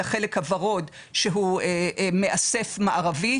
את החלק הוורוד שהוא מאסף מערבי,